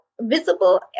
visible